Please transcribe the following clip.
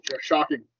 shocking